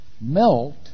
melt